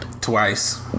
Twice